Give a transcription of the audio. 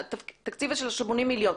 תקציב של 80 מיליון.